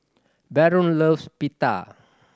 Baron loves Pita